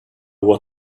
what